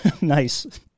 Nice